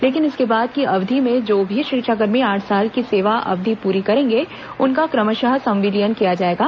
लेकिन इसके बाद की अवधि में जो भी शिक्षांकर्मी आठ साल की सेवा अवधि पूर्री करेंगे उनका क्रमश संविलियन किया जायेगा